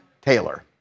Taylor